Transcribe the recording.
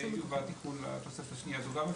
יובא תיקון לתוספת השנייה זו גם אפשרות,